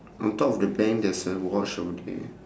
on top of the bank there's a watch over there